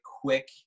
quick